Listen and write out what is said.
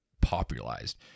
popularized